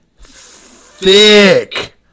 Thick